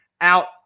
out